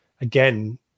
again